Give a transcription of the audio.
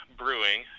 brewing